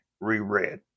re-read